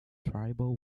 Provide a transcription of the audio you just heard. tribal